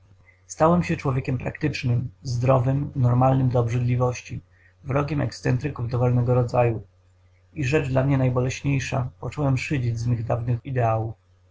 stałem się człowiekiem praktycznym zdrowym normalnym do obrzydliwości wrogiem ekscentryków dowolnego rodzaju i rzecz dla mnie najboleśniejsza począłem szydzić z mych dawnych ideałów